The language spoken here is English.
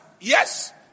yes